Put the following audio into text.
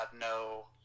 no